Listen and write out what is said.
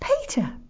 peter